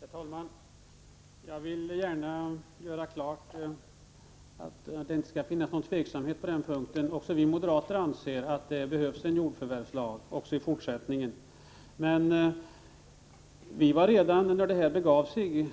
Herr talman! Jag vill gärna göra klart, för att det inte skall finnas något tvivel på den punkten, att också vi moderater anser att det behövs en jordförvärvslag i fortsättningen. Men vi var redan när det begav sig